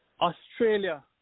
Australia